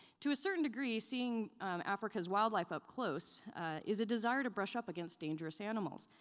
to a certain degree, seeing africa's wildlife up close is a desire to brush up against dangerous animals,